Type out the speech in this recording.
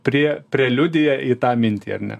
prie preliudija į tą mintį ar ne